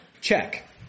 check